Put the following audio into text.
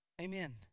Amen